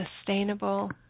sustainable